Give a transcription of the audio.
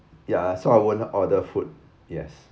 ya so I won't order food yes